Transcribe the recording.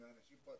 מאנשים פרטיים.